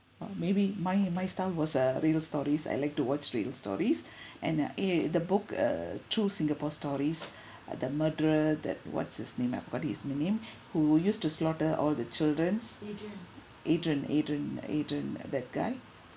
or maybe my my style was a real stories I like to watch real stories and the eh the book uh true singapore stories uh the murderer that what's his name I forgot his name who used to slaughter all the children's adrian adrian adrian uh that guy